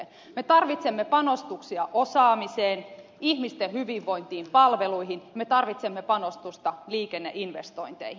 me tarvitsemme panostuksia osaamiseen ihmisten hyvinvointiin palveluihin me tarvitsemme panostusta liikenneinvestointeihin